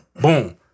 Boom